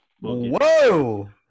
whoa